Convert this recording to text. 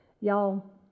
Y'all